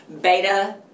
beta